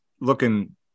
looking